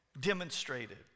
demonstrated